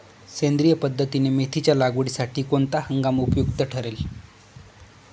सेंद्रिय पद्धतीने मेथीच्या लागवडीसाठी कोणता हंगाम उपयुक्त ठरेल?